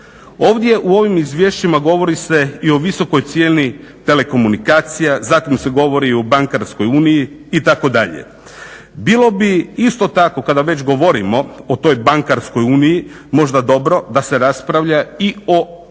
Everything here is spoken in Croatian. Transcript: Ovdje u ovim izvješćima govori se i o visokoj cijeni telekomunikacija, zatim se govori o bankarskoj uniji itd. Bilo bi isto tako kada već govorimo o toj bankarskoj uniji, možda dobro da se raspravlja i o ujednačavanju